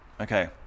Okay